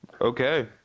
Okay